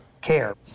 care